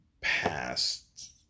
past